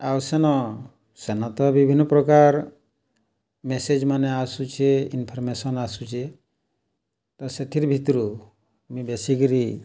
ଆଉ ସେନ ସେନ ତ ବିଭିନ୍ନ ପ୍ରକାର ମେସେଜ୍ମାନେ ଆସୁଛେ ଇନ୍ଫର୍ମେସନ୍ ଆସୁଛେ ତ ସେଥିର୍ ଭିତ୍ରୁ ମୁଇଁ ବେଶିକିରି